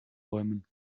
bäumen